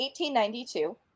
1892